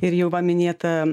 ir jau va minėta